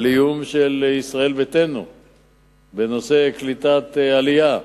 על איום של ישראל ביתנו בנושא קליטת העלייה.